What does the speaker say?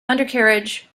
undercarriage